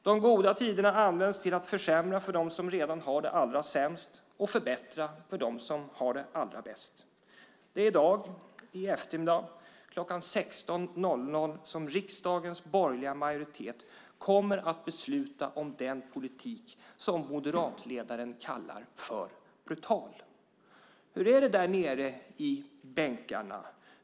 De goda tiderna används till att försämra för dem som redan har det allra sämst och förbättra för dem som har det allra bäst. Det är i dag, på eftermiddagen kl. 16.00, som riksdagens borgerliga majoritet kommer att besluta om den politik som moderatledaren kallar för brutal. Hur är det där nere i bänkarna?